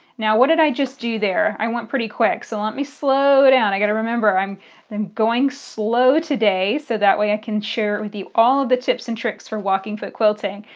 now what did i just do there? i went pretty quick so let me slow down. i've got to remember i'm um going slow today so that way i can share with you all of the tips and tricks for walking-foot quilting.